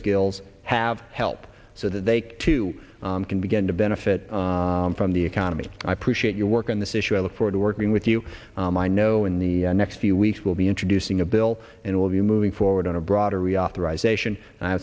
skills have help so that they too can begin to benefit from the economy i appreciate your work on this issue i look forward to working with you i know in the next few weeks we'll be introducing a bill and will be moving forward on a broader